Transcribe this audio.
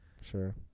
sure